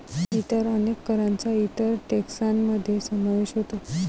इतर अनेक करांचा इतर टेक्सान मध्ये समावेश होतो